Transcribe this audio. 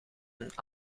een